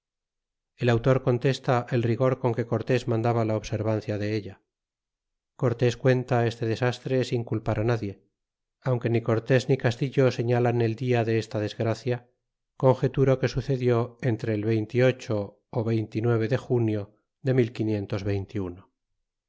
el autor contesta el rigor con que cortes mandaba la observancia de ella cortés cuenta este desastre sio culpar nadie aunque ni curtd n ni castillo sebalau el dia de esta desgracia conjeturo que sucedió por el veinte y ocho ó veinte y nueve junio de